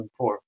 2004